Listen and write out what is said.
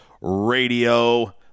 Radio